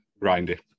grindy